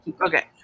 Okay